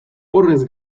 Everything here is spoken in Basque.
horrez